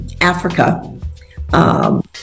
Africa